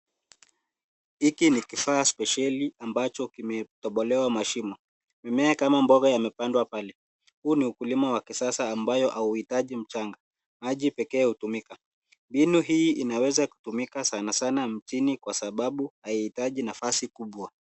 Hiki ni kifaa spesheli ambacho kimetobolewa mashimo. Mimea kama mboga yamepandwa pale. Huu ni ukulima wa kisasa ambayo hauhitaji mchanga. Maji pekee hutumika. Mbinu hii inaweza kutumika sanasana mjini kwa sababu haihitaji nafasi kubwa.